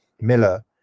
Miller